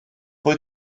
pwy